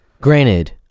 granted